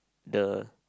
the